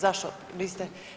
Zašto niste?